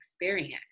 experience